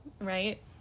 right